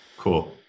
Cool